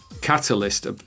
catalyst